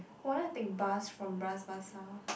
!wah! then I take bus from Bras-Basah